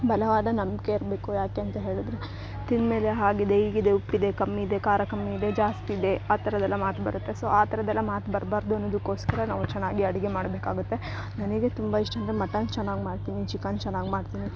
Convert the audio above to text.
ಬಲವಾದ ನಂಬಿಕೆ ಇರಬೇಕು ಯಾಕೆ ಅಂತ ಹೇಳಿದರೆ ತಿಂದ್ಮೇಲೆ ಹಾಗಿದೆ ಹೀಗಿದೆ ಉಪ್ಪಿದೆ ಕಮ್ಮಿ ಇದೆ ಖಾರ ಕಮ್ಮಿ ಇದೆ ಜಾಸ್ತಿ ಇದೆ ಆ ಥರದೆಲ್ಲ ಮಾತು ಬರುತ್ತೆ ಸೊ ಆ ಥರದೆಲ್ಲ ಮಾತು ಬರಬಾರ್ದು ಅನ್ನೋದ್ಕೋಸ್ಕರ ನಾವು ಚೆನ್ನಾಗಿ ಅಡಿಗೆ ಮಾಡಬೇಕಾಗತ್ತೆ ನನಗೆ ತುಂಬ ಇಷ್ಟ ಅಂದರೆ ಮಟನ್ ಚೆನ್ನಾಗ್ ಮಾಡ್ತೀನಿ ಚಿಕನ್ ಚೆನ್ನಾಗ್ ಮಾಡ್ತೀನಿ